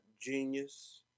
genius